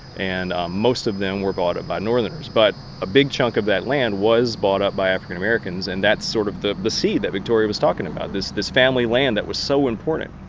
and ah most of them were bought up by northerners, but a big chunk of that land was bought up by african-americans, and that's sort of the the seed that victoria was talking about, this this family land that was so important.